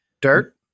Dirt